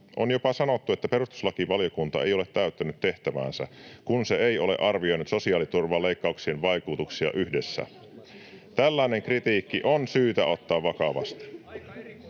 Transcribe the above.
On jopa sanottu, että perustuslakivaliokunta ei ole täyttänyt tehtäväänsä, kun se ei ole arvioinut sosiaaliturvaleikkauksien vaikutuksia yhdessä. Tällainen kritiikki on syytä ottaa vakavasti.